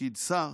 בתפקיד שר?